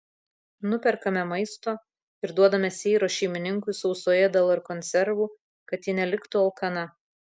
nuperkame maisto ir duodame seiros šeimininkui sauso ėdalo ir konservų kad ji neliktų alkana